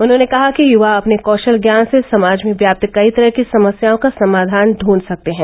उन्होंने कहा कि युवा अपने कौशल ज्ञान से समाज में व्याप्त कई तरह की समस्याओं का समाधान ढूंढ सकते हैं